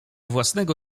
własnego